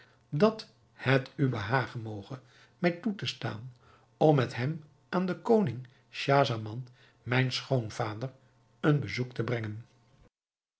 dat het u behagen moge mij toe te staan om met hem aan den koning schahzaman mijn schoonvader een bezoek te brengen